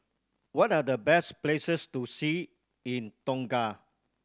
what are the best places to see in Tonga